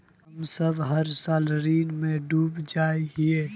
हम सब हर साल ऋण में डूब जाए हीये?